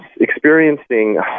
experiencing